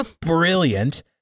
brilliant